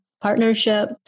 partnership